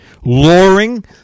Luring